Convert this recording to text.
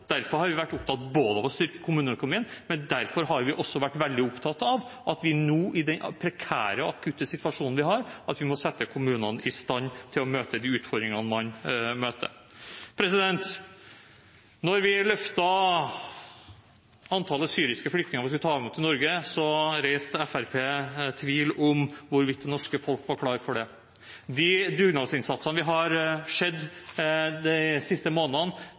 Derfor har vi vært opptatt av å styrke kommuneøkonomien, og derfor har vi også vært veldig opptatt av at vi nå i den prekære og akutte situasjonen vi har, må sette kommunene i stand til å møte de utfordringene de møter. Da vi løftet antallet syriske flyktninger vi skal ta imot i Norge, reiste Fremskrittspartiet tvil om hvorvidt det norske folk var klar for det. De dugnadsinnsatsene vi har sett de siste månedene,